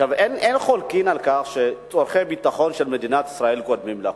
אין חולקים על כך שצורכי הביטחון של מדינת ישראל קודמים לכול.